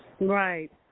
Right